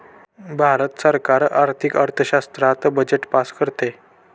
भारत सरकार आर्थिक अर्थशास्त्रात बजेट पास करते